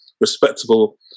respectable